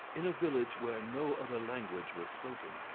in a village where no other language was spoken.